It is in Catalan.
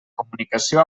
comunicació